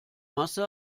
masse